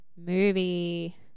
movie